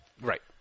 Right